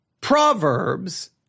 Proverbs